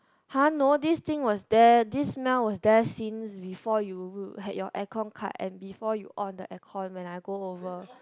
!huh! no this thing was there this smell was there since before you had your had your aircon cut and before you on your aircon when I go over